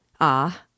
Ah